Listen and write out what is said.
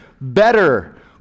better